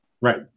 right